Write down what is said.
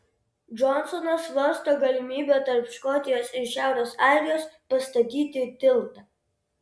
džonsonas svarsto galimybę tarp škotijos ir šiaurės airijos pastatyti tiltą